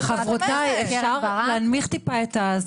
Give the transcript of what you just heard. חברותיי, אפשר להנמיך טיפה את זה?